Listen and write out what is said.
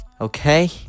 Okay